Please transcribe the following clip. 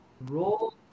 Roll